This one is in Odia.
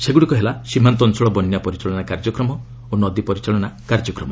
ସେଗୁଡିକ ହେଲା ସୀମାନ୍ତ ଅଞ୍ଚଳ ବନ୍ୟା ପରିଚାଳନା କାର୍ଯ୍ୟକ୍ରମ ଓ ନଦୀ ପରିଚାଳନା କାର୍ଯ୍ୟକ୍ରମ